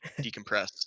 decompress